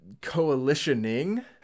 coalitioning